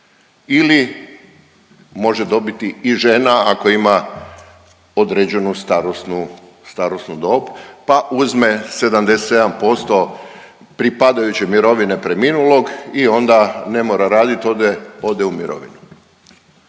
ili može dobiti i žena ako ima određenu starosnu dob pa uzme 77% pripadajuće mirovine preminulog i onda ne mora radit ode u mirovinu.